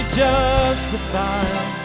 justified